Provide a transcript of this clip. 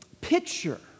picture